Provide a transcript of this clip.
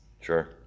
Sure